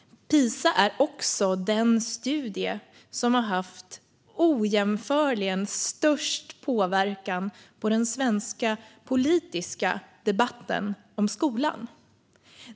PISA är också den studie som har haft ojämförligen störst påverkan på den svenska politiska debatten om skolan.